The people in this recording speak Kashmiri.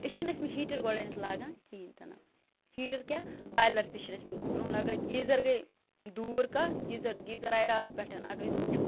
أس چھِنہٕ ٲسمٕتۍ ہیٖٹَر گۄڈٕنٮ۪تھ لاگان کِہیٖنۍ تہِ نہٕ ہیٖٹر کیٛاہ بایلَر تہِ چھِنہٕ ٲسمٕتۍ برٛونٛہہ لاگان گیٖزَر گٔے دوٗر کتھ گیٖزر گیٖزَر آیہِ راتہٕ پٮ۪ٹھ اَگر أسۍ وُچھو